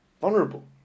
vulnerable